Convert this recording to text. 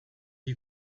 you